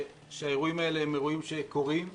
שהאירועים האלה הם אירועים שקורים.